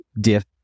diff